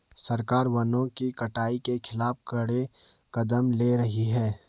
सरकार वनों की कटाई के खिलाफ कड़े कदम ले रही है